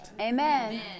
Amen